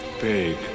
Big